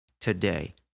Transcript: today